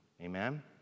amen